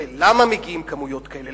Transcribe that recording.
למה מגיעות כמויות כאלה?